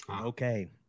Okay